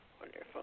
Wonderful